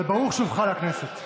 וברוך שובך לכנסת.